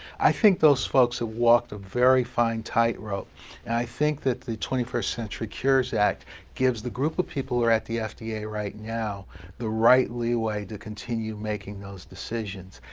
i think those folks have walked a very fine tight rope, and i think that the twenty first century cures act gives the group of people who are at the yeah fda right now the right leeway to continue making those decisions.